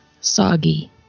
Soggy